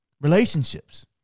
relationships